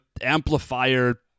amplifier